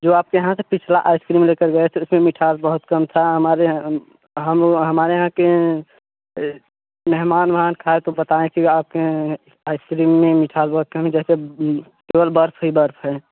जो आपके यहाँ से पिछला आइसक्रीम लेकर गए थे उसमें मिठास बहुत कम था हमारे हम हमारे यहाँ के मेहमान उहमान खाए तो बताए कि आपके आइसक्रीम में मिठास बहुत कम है जैसे केवल बर्फ ही बर्फ है